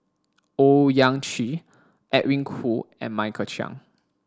Owyang Chi Edwin Koo and Michael Chiang